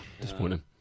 Disappointing